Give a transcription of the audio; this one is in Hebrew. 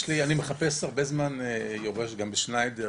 אני מחפש הרבה זמן יורש ב"שניידר".